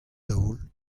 daol